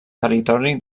territori